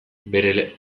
bere